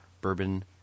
bourbon